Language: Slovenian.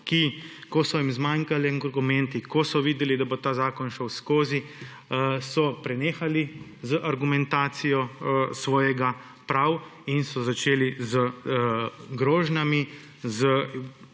ko so jim zmanjkali argumenti, ko so videli, da bo ta zakon šel skozi so prenehali z argumentacijo svojega prav in so začeli z grožnjami,